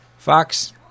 Fox